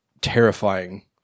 terrifying